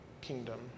kingdom